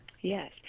Yes